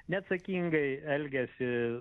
neatsakingai elgiasi